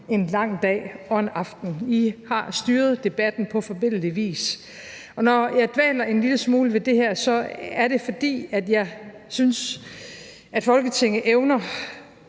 en lang dag og aften; I har styret debatten på forbilledlig vis. Når jeg dvæler en lille smule ved det her, så er det, fordi jeg synes, at Folketinget evner